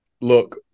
look